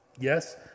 Yes